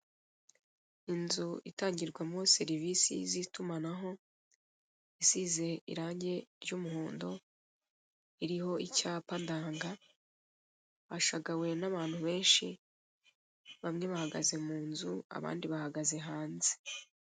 Inzu itangirwamo serivise z'itumanaho isize irange ry'umuhondo iriho icyapa ndanga hashagawe n'abantu benshi bamwe bahagaze mu nzu abandi bahagaze hanze.